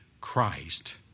Christ